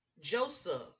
Joseph